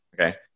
okay